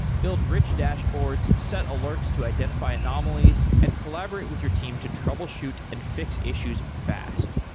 build rich dashboards, set alerts to identify anomalies and collaborate with your team to troubleshoot and fix issues fast.